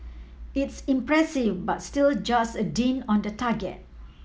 it's impressive but still just a dint on the target